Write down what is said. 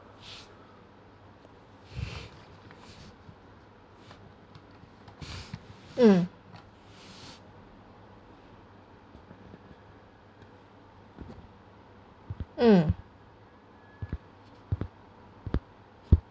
mm mm